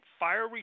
fire